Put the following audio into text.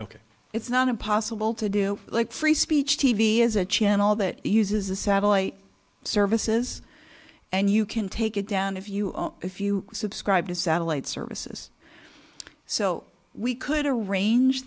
ok it's not impossible to do like free speech t v as a channel that uses a satellite services and you can take it down if you if you subscribe to satellite services so we could arrange